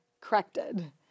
corrected